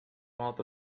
outer